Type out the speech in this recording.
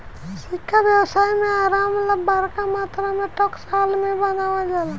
सिक्का व्यवसाय में आराम ला बरका मात्रा में टकसाल में बनावल जाला